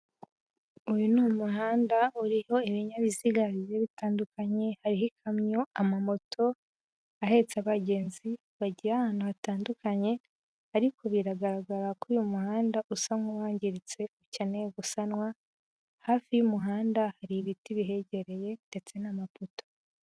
Uyu ni umuhanda uriho ibinyabiziga bigiye bitandukanye, hariho ikamyo, ama moto ahetse abagenzi bagira ahantu hatandukanye, ariko biragaragara ko uyu muhanda usa nk'uwangiritse ukeneye gusanwa, hafi y'umuhanda hari ibiti bihegereye ndetse n'amapoto.